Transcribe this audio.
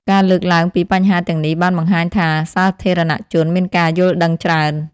ការលើកឡើងពីបញ្ហាទាំងនេះបានបង្ហាញថាសាធារណៈជនមានការយល់ដឹងច្រើន។